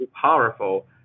powerful